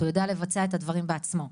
הוא יודע לבצע את הדברים בעצמו.